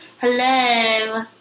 hello